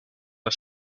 the